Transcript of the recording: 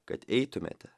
kad eitumėte